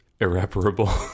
irreparable